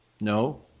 No